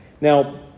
Now